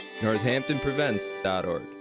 NorthamptonPrevents.org